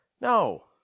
No